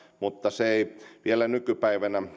mutta vielä nykypäivänä